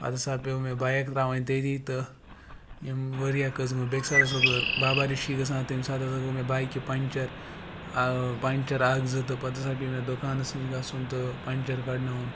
پَتہ ہَسا پیوٚو مےٚ بایِک ترٛاوٕنۍ تٔتی تہٕ ییٚمہِ ؤری اَکھ حظ گوم بیٚکہِ ساتہٕ اوسُس بہٕ باباریٖشی گژھان تیٚمہِ ساتہٕ ہَسا گوٚو مےٚ بایکہِ پَنٛچَر پَنٛچَر اَکھ زٕ تہٕ پَتہٕ ہَسا پے مےٚ دُکانَس نِش گژھُن تہٕ پَنٛچَر کَڑناوُن